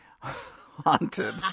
haunted